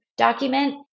Document